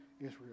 Israel